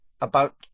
About